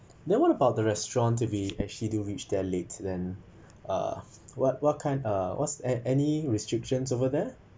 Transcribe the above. then what about the restaurant if we actually do reach there late then uh what what kind uh a~ any restrictions over there